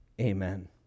amen